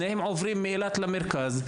שניהם עוברים מאילת למרכז.